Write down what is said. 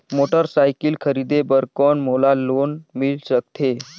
Motorcycle खरीदे बर कौन मोला लोन मिल सकथे?